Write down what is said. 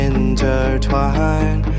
Intertwine